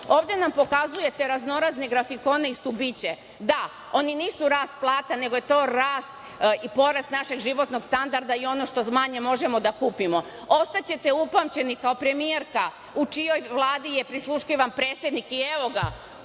nam pokazujete raznorazne grafikone i stubiće. Da, oni nisu rast plata, nego je to rast i porast našeg životnog standarda i ono što manje možemo da kupimo. Ostaćete upamćeni kao premijerka u čijoj Vladi je prisluškivan predsednik. Evo ga